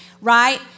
right